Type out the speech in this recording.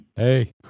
Hey